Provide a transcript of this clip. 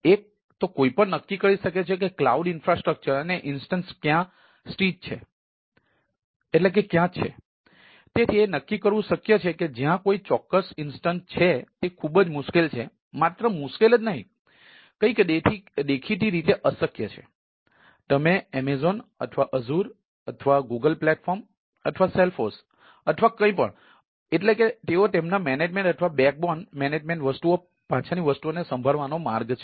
એક તો કોઈ પણ નક્કી કરી શકે છે કે ક્લાઉડ ઇન્ફ્રાસ્ટ્રક્ચર મેનેજમેન્ટ વસ્તુઓ પાછળની વસ્તુઓને સંભાળવાનો માર્ગ છે